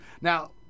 Now